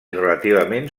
relativament